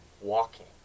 walking